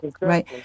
right